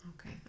Okay